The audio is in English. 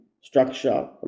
structure